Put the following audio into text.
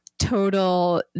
Total